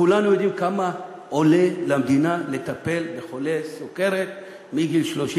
כולנו יודעים כמה עולה למדינה לטפל בחולה סוכרת מגיל 30